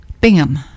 Bingham